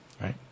right